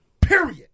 period